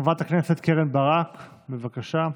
חברת הכנסת קרן ברק, בבקשה,